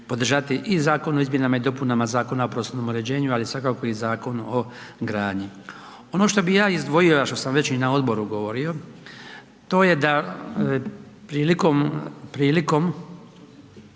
podržati i Zakon o izmjenama i dopunama Zakona o prostornom uređenju, ali svakako i Zakon o gradnji. Ovo što bi ja izdvojio, a što sam već i na odboru govorio to je da prilikom,